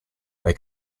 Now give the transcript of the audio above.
they